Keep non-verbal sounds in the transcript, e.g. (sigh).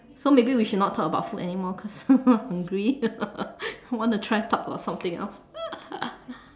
so maybe we should not talk about food anymore cause (laughs) hungry want to try to talk about something else (laughs)